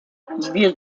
wir